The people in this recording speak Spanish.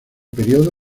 periodo